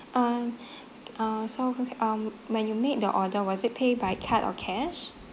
um uh so um when you made the order was it paid by card or cash